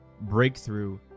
breakthrough